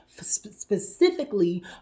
specifically